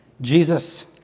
Jesus